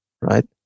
right